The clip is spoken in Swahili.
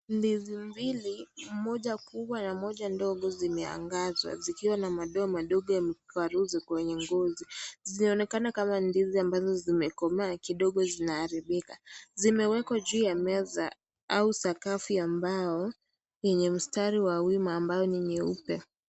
Ndizi mbili, moja kubwa na moja mdogo zimeangazwa. Zikiwa na madoa madogo ya migwaruzo kwenye ngozi. Zinaonekana kama ni ndizi ambazo zimekomaa kidogo zinaharibika. Zimewekwa juu ya meza au sakafu wa mbao wenye mstari wa wima ambao ni mweupe.